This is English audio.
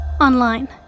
online